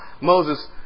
Moses